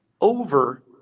over